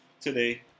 Today